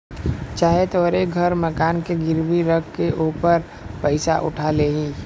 चाहे तोहरे घर मकान के गिरवी रख के ओपर पइसा उठा लेई